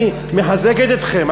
ואני מחזק את ידיכם.